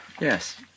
Yes